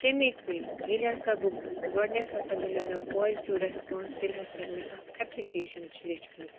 تَمے کٔنۍ ییٚلہِ ہسا بہٕ گۄڈٕنیٚتھ ہسا میلیٛو مےٚ پازٹِو ریٚسپوٛانٕس ییٚلہِ ہسا مےٚ اَکھ ایٚپلکیشَن چھِ لیٚچھمٕژ